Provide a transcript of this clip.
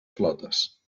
flotes